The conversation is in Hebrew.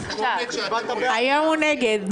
היום הוא נגד.